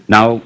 Now